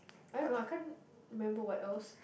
I don't know I can't remember what else